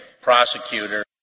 prosecutor